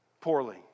poorly